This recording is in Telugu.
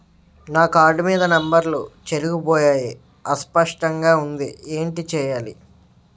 నా కార్డ్ మీద నంబర్లు చెరిగిపోయాయి అస్పష్టంగా వుంది ఏంటి చేయాలి?